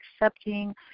accepting